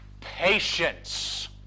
patience